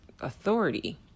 authority